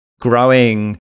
growing